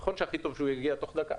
נכון שהכי טוב שהוא יגיע תוך דקה,